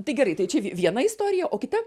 tai gerai tai čia viena istorija o kita